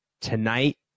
Tonight